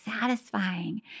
satisfying